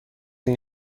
این